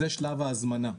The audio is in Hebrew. זה שלב ההזמנה,